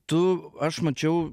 tu aš mačiau